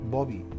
Bobby